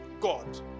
God